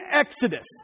Exodus